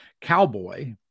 Cowboy